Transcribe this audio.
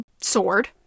sword